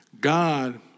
God